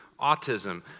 autism